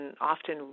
often